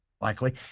likely